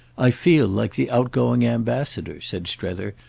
i feel like the outgoing ambassador, said strether,